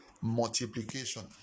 multiplication